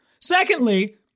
Secondly